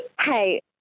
Hey